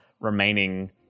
remaining